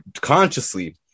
consciously